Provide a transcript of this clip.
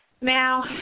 Now